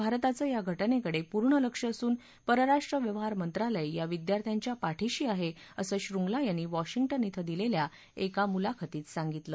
भारताचं या घटनेकडे पूर्ण लक्ष असून परराष्ट्र व्यवहार मंत्रालय या विद्यार्थ्यांच्या पाठिशी आहे असं शृंगला यांनी वॉशिंग्टन इथं दिलेल्या एका मुलाखतीत सांगितलं